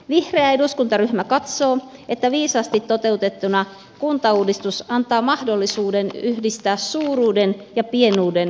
vihreä eduskuntaryhmä katsoo että viisaasti toteutettuna kuntauudistus antaa mahdollisuuden yhdistää suuruuden ja pienuuden hyödyt